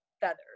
feathers